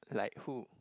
like who